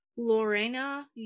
Lorena